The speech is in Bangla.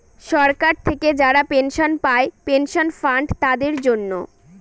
সরকার থেকে যারা পেনশন পায় পেনশন ফান্ড তাদের জন্য